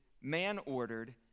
man-ordered